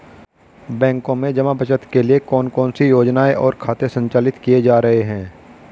बैंकों में जमा बचत के लिए कौन कौन सी योजनाएं और खाते संचालित किए जा रहे हैं?